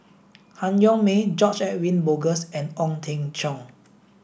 Han Yong May George Edwin Bogaars and Ong Teng Cheong